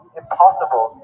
impossible